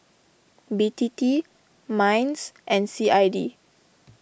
B T T Minds and C I D